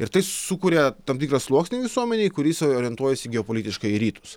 ir tai sukuria tam tikrą sluoksnį visuomenėj kuris orientuojasi geopolitiškai į rytus